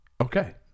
Okay